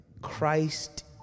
christ